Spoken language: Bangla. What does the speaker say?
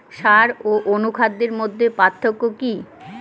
সার ও অনুখাদ্যের মধ্যে পার্থক্য কি?